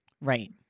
Right